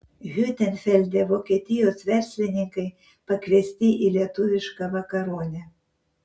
hiutenfelde vokietijos verslininkai pakviesti į lietuvišką vakaronę